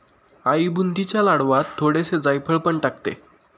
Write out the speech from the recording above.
आई बुंदीच्या लाडवांत थोडेसे जायफळ पण टाकते